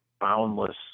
boundless